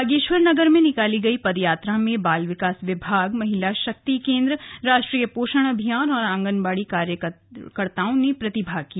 बागेश्वर नगर में निकाली गई पदयात्रा में बाल विकास विभाग महिला शक्ति केंद्र राष्ट्रीय पोषण अभियान और आंगनबाड़ी कार्यकर्ताओं ने प्रतिभाग किया